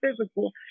physical